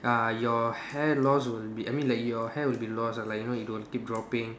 uh your hair loss will be I mean like your hair will be lost uh like you know it will keep dropping